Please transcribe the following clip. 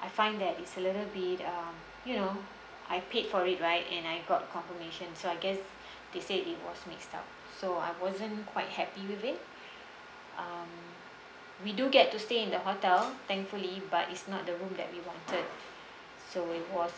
I find that it's a little bit uh you know I paid for it right and I got confirmation so I guess they said it was mixed up so I wasn't quite happy with it um we do get to stay in the hotel thankfully but it's not the room that we wanted so it was